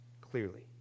clearly